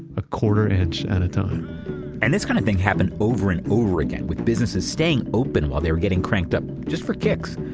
a quarter inch at a time and this kind of thing happened over and over again with businesses staying open while they were getting cranked up, just for kicks!